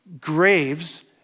graves